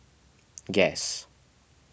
guess